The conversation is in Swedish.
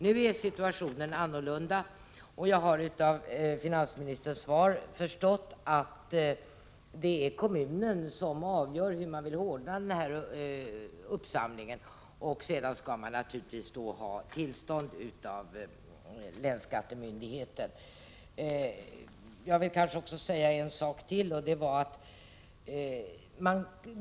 Nu är situationen annorlunda, och jag har av finansministerns svar förstått att det är kommunen som avgör hur den vill ordna denna uppsamling. Den skall naturligtvis också ha tillstånd av länsskattemyndigheten. Jag vill säga ytterligare en sak.